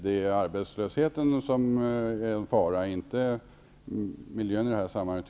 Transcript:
Det är arbetslösheten, inte miljön, som är fara i det här sammanhanget.